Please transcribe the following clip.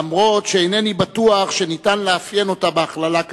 אף שאינני בטוח שניתן לאפיין אותה בהכללה כזאת,